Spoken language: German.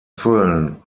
füllen